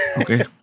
Okay